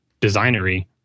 designery